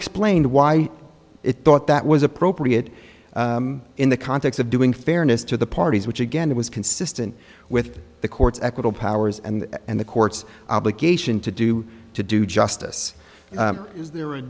explained why it thought that was appropriate in the context of doing fairness to the parties which again it was consistent with the court's equable powers and the court's obligation to do to do justice is there a